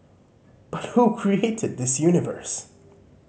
but who created this universe